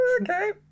okay